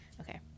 Okay